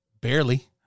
barely